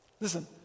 Listen